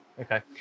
Okay